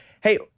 Hey